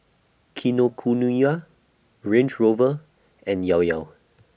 Kinokuniya Range Rover and Llao Llao